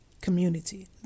community